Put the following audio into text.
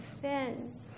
sin